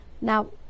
now